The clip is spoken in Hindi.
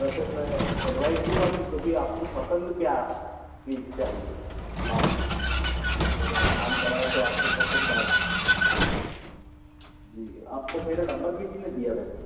वैसे मैं एडवाइस दूँगा कि क्योंकि आपको पसन्द क्या चीज़ चाहिए काम है ना जब आप काम कराएं तो आपको पसंद आए है ना जी आपको मेरा नंबर किसने दिया वैसे